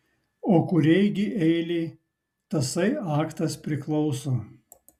o kuriai gi eilei tasai aktas priklauso